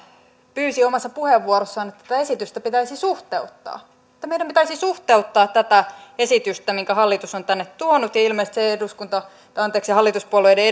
pyysi omassa puheenvuorossaan että tätä esitystä pitäisi suhteuttaa että meidän pitäisi suhteuttaa tätä esitystä minkä hallitus on tänne tuonut ja ja ilmeisesti se hallituspuolueiden